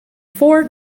four